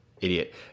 Idiot